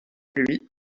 lui